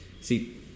See